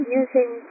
using